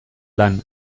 lan